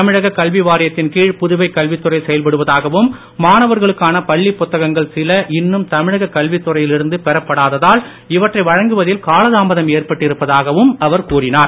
தமிழக கல்வி வாரியத்தின் கீழ் புதுவை கல்வித் துறை செயல்படுவதாகவும் மாணவர்களுக்கான பள்ளி புத்தகங்கள் சில இன்னும் தமிழக கல்வித் துறையில் இருந்து பெறப்படாததால் இவற்றை வழங்குவதில் காலதாமதம் ஏற்பட்டு இருப்பதாகவும் அவர் கூறினார்